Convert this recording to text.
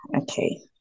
okay